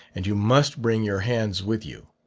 and you must bring your hands with you.